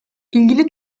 i̇lgili